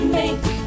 make